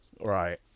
Right